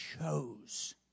chose